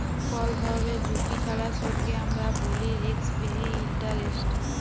call ধরলের ঝুঁকি ছাড়া সুদকে আমরা ব্যলি রিস্ক ফিরি ইলটারেস্ট